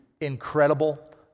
incredible